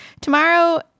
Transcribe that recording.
Tomorrow